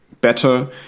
better